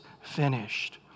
finished